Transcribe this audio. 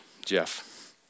Jeff